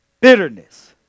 bitterness